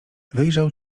wyjrzał